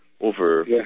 over